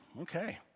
okay